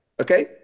Okay